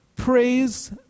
Praise